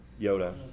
Yoda